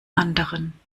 anderen